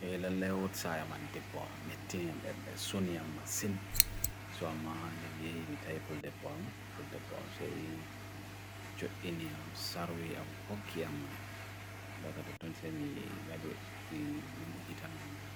Ionun1 yo leo ut say man tibbom. Metteen yan bernite sunin omma sun. So amaa nerie mi taipull tibbom. Pulte tibbom se chop iniam sarwe om khokiam munia. Rda katadun se mi munjitan onin.